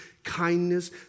Kindness